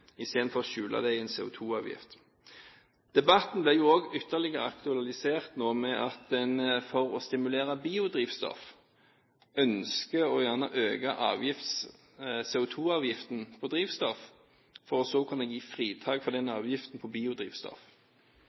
det i en CO2-avgift. Debatten blir også ytterligere aktualisert nå med at en for å stimulere biodrivstoff ønsker gjerne å øke CO2-avgiften på drivstoff for så å kunne gi fritak for den avgiften på biodrivstoff.